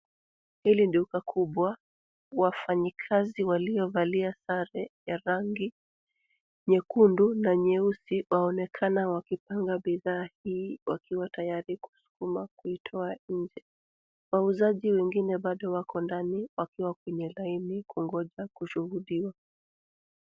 Hili duka kubwa, wafanyikazi wafanyikazi waliovalia sare ya rangi nyekundu na nyeusi waonekana wakipanga bidhaa hii wakiwa tayari kuiskuma kutoa nje. Wauzaji wengine bado wako ndani wakiwa kwenye laini kungoja kushughulikiwa.